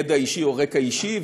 ידע אישי או רקע אישי,